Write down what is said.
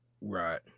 Right